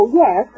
yes